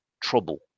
trouble